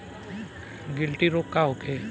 गिल्टी रोग का होखे?